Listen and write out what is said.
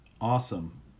Awesome